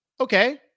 Okay